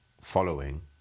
following